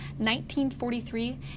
1943